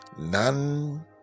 None